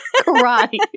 Karate